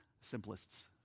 simplest